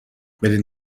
بدین